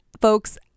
folks